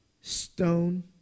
stone